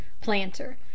Planter